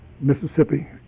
Mississippi